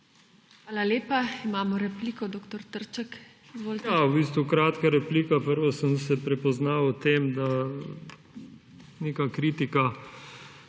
Hvala lepa. Imamo repliko, dr. Trček, izvolite.